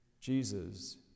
Jesus